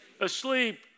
asleep